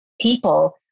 people